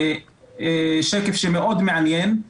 זה שקף מאוד מעניין,